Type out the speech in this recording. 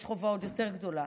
יש חובה עוד יותר גדולה,